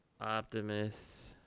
optimus